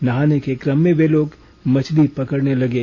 नहाने के क्रम में वे लोग मछली पकड़ने लगे